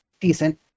decent